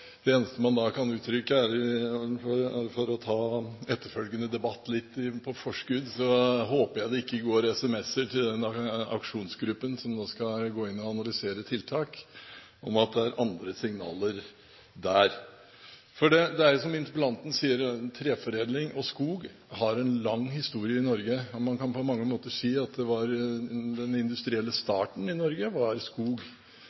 ta etterfølgende debatt litt på forskudd, er at jeg håper det ikke går sms-er til den aksjonsgruppen som nå skal gå inn og analysere tiltak, om at det er andre signaler der. Det er som interpellanten sier: Treforedling og skog har en lang historie i Norge. Man kan på mange måter si at den industrielle starten i Norge kom som følge av skog. London ble til dels bygget opp på norsk virke. Det syntes også på ressursene den